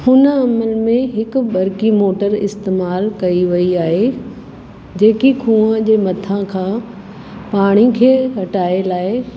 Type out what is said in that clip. हुन अमल में हिक बरकी मोटर इस्तेमालु कई वेई आहे जेकी खूअ जे मथां खां पाणीअ खे हटाइण लाइ